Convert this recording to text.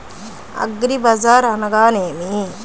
అగ్రిబజార్ అనగా నేమి?